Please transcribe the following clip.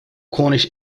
cornish